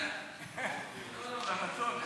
קסניה סבטלובה,